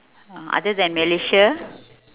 other than malaysia